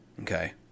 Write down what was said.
Okay